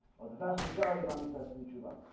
well the vast majority of amish nice to meet you bob,